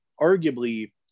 arguably